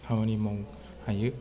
खामानि मावनो हायो